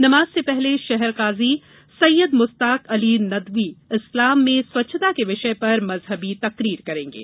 नमाज़ से पहले शहर काजी सैयद मुस्ताक अली नदवी इस्लाम में स्वच्छता के विषय पर मज़हबी तकरीर करेंगे